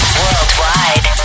worldwide